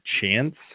chance